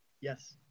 Yes